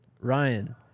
Ryan